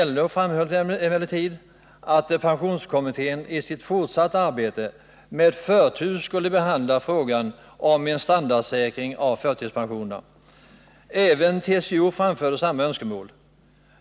LO framhöll emellertid att pensionskommittén i sitt fortsatta arbete med förtur skulle behandla frågan om en standardsäkring av förtidspensionerna. Även TCO framförde samma önskemål.